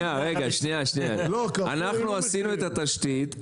אנחנו עשינו את התשתית,